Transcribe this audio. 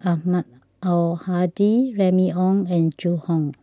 Ahmad Al Hadi Remy Ong and Zhu Hong